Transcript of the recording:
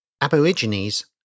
Aborigines